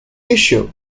issue